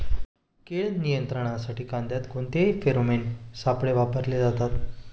कीड नियंत्रणासाठी कांद्यात कोणते फेरोमोन सापळे वापरले जातात?